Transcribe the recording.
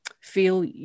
feel